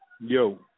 Yo